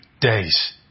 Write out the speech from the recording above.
days